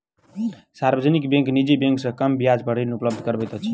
सार्वजनिक बैंक निजी बैंक से कम ब्याज पर ऋण उपलब्ध करबैत अछि